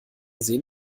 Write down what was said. sehen